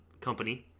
company